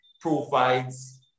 provides